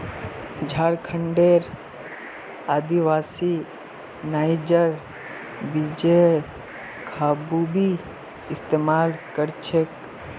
झारखंडेर आदिवासी नाइजर बीजेर बखूबी इस्तमाल कर छेक